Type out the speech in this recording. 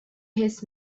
his